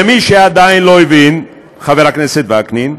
למי שעדיין לא הבין, חבר הכנסת וקנין,